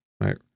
Right